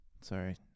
sorry